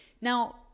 Now